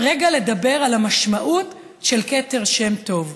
לדבר רגע על המשמעות של כתר שם טוב.